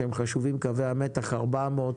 קווי המתח 400,